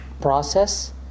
process